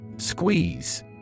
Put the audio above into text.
Squeeze